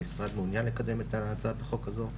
המשרד מעוניין לקדם את הצעת החוק הזו,